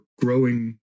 growing